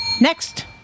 Next